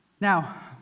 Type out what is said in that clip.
Now